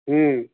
हूँ